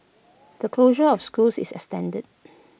the closure of schools is extended